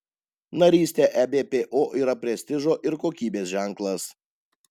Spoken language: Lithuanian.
narystė ebpo yra prestižo ir kokybės ženklas